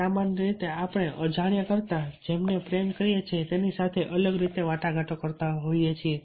આપણે સામાન્ય રીતે અજાણ્યાઓ કરતાં આપણે જેને પ્રેમ કરીએ છીએ તેમની સાથે અલગ રીતે વાટાઘાટો કરીએ છીએ